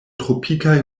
tropikaj